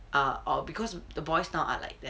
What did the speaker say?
uh or because the boys now are like that